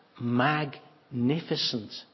magnificent